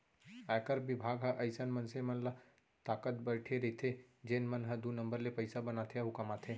आयकर बिभाग ह अइसन मनसे मन ल ताकत बइठे रइथे जेन मन ह दू नंबर ले पइसा बनाथे अउ कमाथे